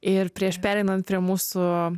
ir prieš pereinant prie mūsų